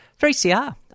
3CR